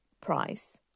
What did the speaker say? price